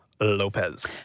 Lopez